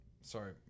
sorry